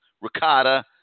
ricotta